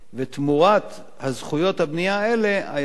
ותמורת זכויות הבנייה האלה היזם,